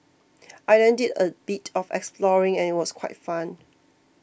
I then did a bit of exploring and it was quite fun